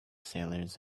sailors